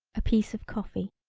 a piece of coffee.